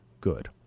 good